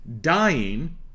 dying